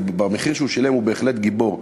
ובמחיר שהוא שילם הוא בהחלט גיבור.